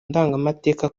ndangamateka